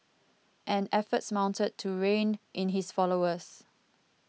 and efforts mounted to rein in his followers